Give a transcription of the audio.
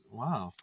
wow